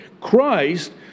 Christ